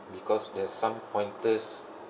because there's some pointers